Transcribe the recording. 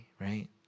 right